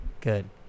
good